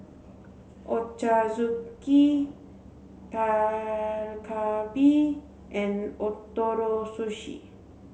Ochazuke Dak Galbi and Ootoro Sushi